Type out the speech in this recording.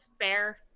Fair